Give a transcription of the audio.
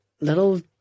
little